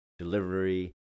Delivery